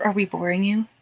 ah we boring you?